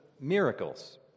miracles